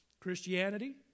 Christianity